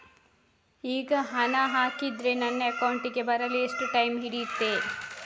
ಈಗ ಹಣ ಹಾಕಿದ್ರೆ ನನ್ನ ಅಕೌಂಟಿಗೆ ಬರಲು ಎಷ್ಟು ಟೈಮ್ ಹಿಡಿಯುತ್ತೆ?